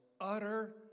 utter